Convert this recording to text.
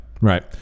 right